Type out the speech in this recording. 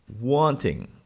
wanting